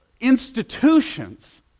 institutions